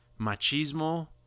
machismo